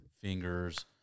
fingers